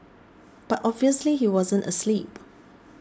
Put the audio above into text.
but obviously he wasn't asleep